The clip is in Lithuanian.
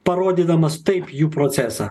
parodydamas taip jų procesą